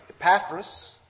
Epaphras